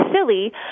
silly